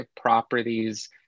properties